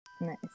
Nice